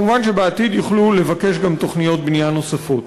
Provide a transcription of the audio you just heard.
מובן שבעתיד גם יוכלו לבקש עבורם תוכניות בנייה נוספות.